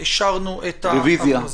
אין אושרה אישרנו את ההכרזה.